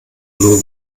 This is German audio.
nur